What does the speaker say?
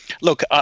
look